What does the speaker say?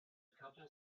couple